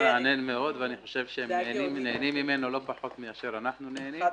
אני חושב שהם נהנים ממנו לא פחות מאשר אנחנו נהנים.